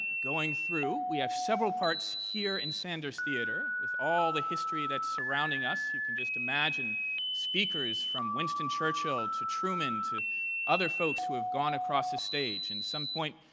going through. we have several parts here in sanders theatre with all the history that's surrounding us you can just imagine speakers from winston churchill to truman to other folks who have gone across the stage. in some point,